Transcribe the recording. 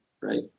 right